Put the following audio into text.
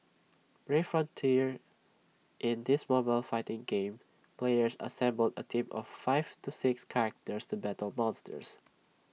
brave frontier in this mobile fighting game players assemble A team of five to six characters to battle monsters